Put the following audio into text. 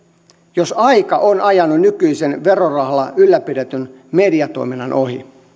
jos aika on ajanut nykyisen verorahalla ylläpidetyn mediatoiminnan ohi